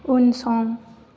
उनसं